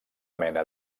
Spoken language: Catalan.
mena